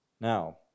Now